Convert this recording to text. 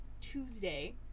Tuesday